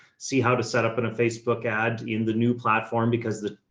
see how to set up an, a facebook ad in the new platform, because the,